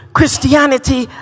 Christianity